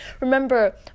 Remember